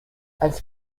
als